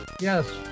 Yes